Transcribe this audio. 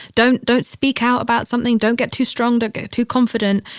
don't, don't speak out about something. don't get too strong. don't get too confident.